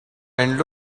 and